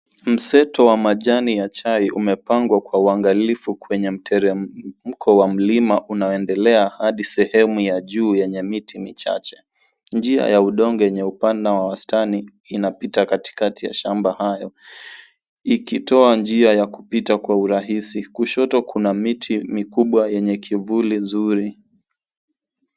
Msitu wa majani ya chai umepangwa kwa uangalifu kwenye mteremko wa mlima unaoendelea hadi sehemu ya juu yenye miti michache. Njia ya udongo yenye upana wa wastani inapita katikati ya shamba hayo ikitoa njia ya kupita kwa urahisi. Kushoto kuna miti mikubwa yenye kivuli zuri.